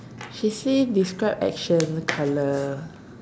she say describe action colour